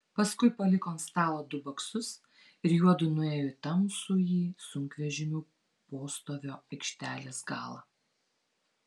paskui paliko ant stalo du baksus ir juodu nuėjo į tamsųjį sunkvežimių postovio aikštelės galą